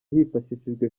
hifashishijwe